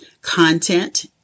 content